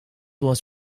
was